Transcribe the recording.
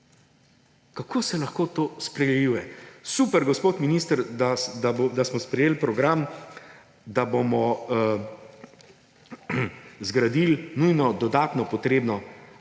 Kako se lahko to spregleduje?! Super, gospod minister, da smo sprejeli program, da bomo zgradili nujno dodatno potrebno